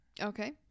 okay